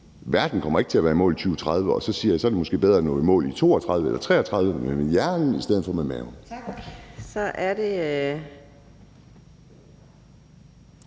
Verden kommer ikke til at være i mål med det her i 2030, og så er det måske bedre at nå i mål i 2032 eller 2033 og handle med hjernen i stedet for med maven.